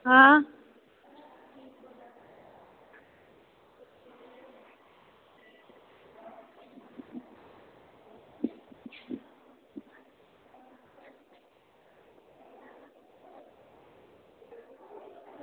आं